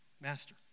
Master